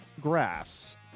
grass